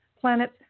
planet